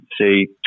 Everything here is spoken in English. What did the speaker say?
say